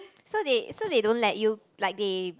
so that so that don't let you like they